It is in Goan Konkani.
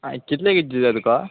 आं कितले कित दिता तुका